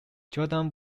jordan